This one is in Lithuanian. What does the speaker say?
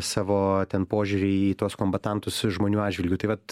savo ten požiūrį į tuos kombatantus žmonių atžvilgiu tai vat